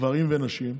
גברים ונשים,